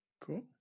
cool